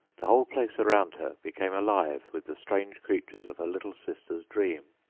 the whole place around her became alive with the strange creatures of her little sister's dream.